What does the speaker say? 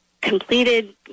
completed